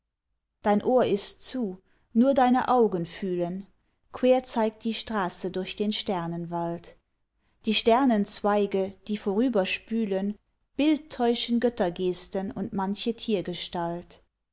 dein ohr ist zu nur deine augen fühlen quer zeigt die straße durch den sternenwald die sternenzweige die vorüberspühlen bildtäuschen göttergesten und manche